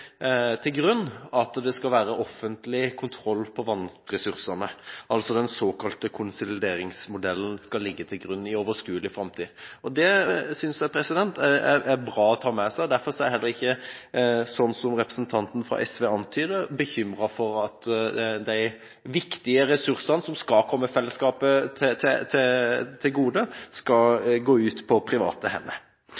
til grunn at det skal være offentlig kontroll på vannressursene – altså den såkalte konsolideringsmodellen skal ligge til grunn i overskuelig framtid. Det synes jeg er bra å ta med seg, og derfor er jeg heller ikke – slik som representanten fra SV antyder – bekymret for at de viktige ressursene som skal komme fellesskapet til